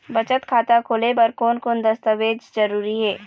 बचत खाता खोले बर कोन कोन दस्तावेज जरूरी हे?